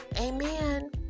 Amen